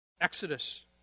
Exodus